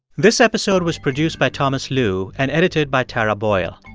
this episode was produced by thomas lu and edited by tara boyle.